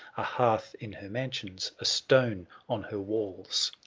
a hearth in her mansions, a stone on her walls.